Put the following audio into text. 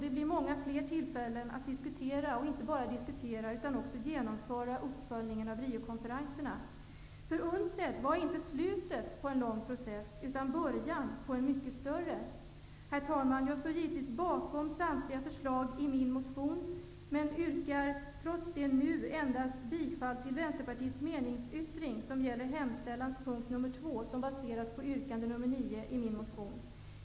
Det blir många fler tillfällen att diskutera, och inte bara att diskutera utan också att genomföra uppföljningen av Riokonferenserna. För UNCED var inte slutet på en lång process, utan början på en mycket större. Herr talman! Jag står givetvis bakom samtliga förslag i min motion, men yrkar trots det endast bifall till Vänsterpartiets meningsyttring, som gäller hemställans mom. 2, som baseras på yrkande nr 9 i min motion.